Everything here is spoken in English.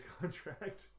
contract